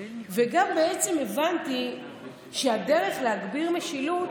וגם הבנתי שהדרך להגביר משילות